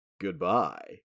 Goodbye